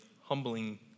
humbling